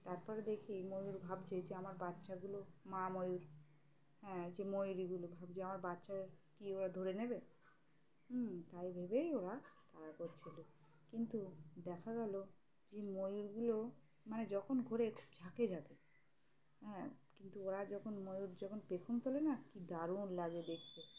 তারপর দেখি ময়ূর ভাবছে যে আমার বাচ্চাগুলো মা ময়ূর হ্যাঁ যে ময়ূরীগুলো ভাবছে আমার বাচ্চা কি ওরা ধরে নেবে হুম তাই ভেবেই ওরা তাড়া করছিলো কিন্তু দেখা গেলো যে ময়ূরগুলো মানে যখন ঘরেুব ঝাঁকে ঝাঁকে হ্যাঁ কিন্তু ওরা যখন ময়ূর যখন পেখন তোলে না কি দারুণ লাগে দেখতে